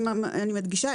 אני מדגישה,